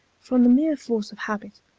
from the mere force of habit,